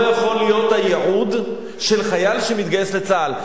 אבל זה לא יכול להיות הייעוד של חייל שמתגייס לצה"ל.